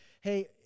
hey